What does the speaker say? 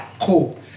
cool